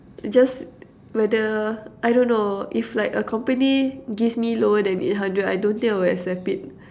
just whether I don't know if like a company gives me lower then eight hundred I don't think I would accept it